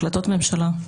בהחלטות ממשלה.